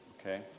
Okay